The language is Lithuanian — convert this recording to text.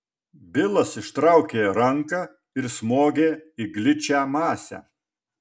bilas ištraukė ranką ir smogė į gličią masę